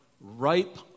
ripe